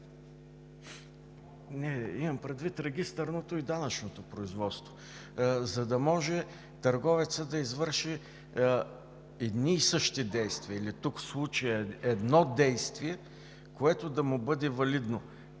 производства – регистърното и данъчното производство, за да може търговецът да извърши едни и същи действия или тук, в случая, едно действие, което да му бъде валидно,